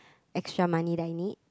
extra money that I need